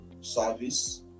Service